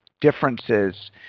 differences